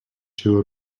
two